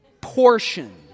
Portion